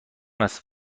است